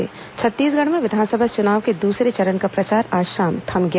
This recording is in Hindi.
च्नावी शोर थमा छत्तीसगढ़ में विधानसभा चुनाव के दूसरे चरण का प्रचार आज शाम थम गया